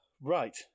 Right